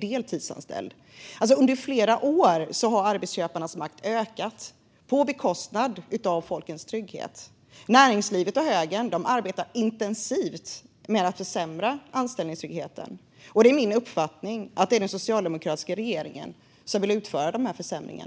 deltidsanställd? Under flera år har arbetsköparnas makt ökat på bekostnad av folkets trygghet. Näringslivet och högern arbetar intensivt med att försämra anställningstryggheten. Det är min uppfattning att det är den socialdemokratiska regeringen som vill utföra försämringarna.